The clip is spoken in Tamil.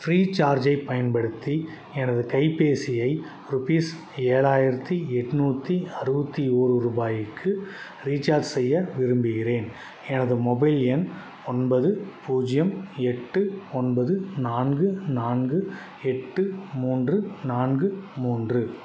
ஃப்ரீசார்ஜ் ஐப் பயன்படுத்தி எனது கைப்பேசியை ரூபீஸ் ஏழாயிரத்தி எட்நூத்தி அறுபத்தி ஒரு ரூபாய்க்கு ரீச்சார்ஜ் செய்ய விரும்புகிறேன் எனது மொபைல் எண் ஒன்பது பூஜ்ஜியம் எட்டு ஒன்பது நான்கு நான்கு எட்டு மூன்று நான்கு மூன்று